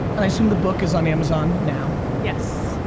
and i assume the book is on amazon now? yes,